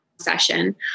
session